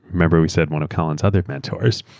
remember we said one of colin's other mentors.